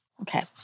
Okay